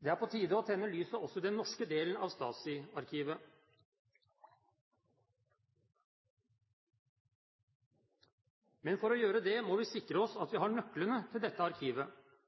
Det er på tide å tenne lyset også i den norske delen av Stasi-arkivet. Men for å gjøre det må vi sikre oss at vi har nøklene til dette arkivet.